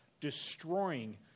destroying